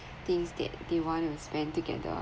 things that they want to spend together